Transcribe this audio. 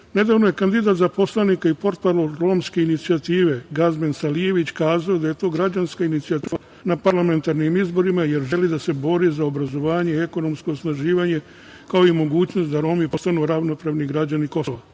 je kandidat za poslanika i portparol romske inicijative Gazmend Salijević kazao da je to građanska inicijativa učestvovala na parlamentarnim izborima, jer želi da se bori za obrazovanje i ekonomsko osnaživanje, kao i mogućnost da Romi postanu ravnopravni građani Kosova.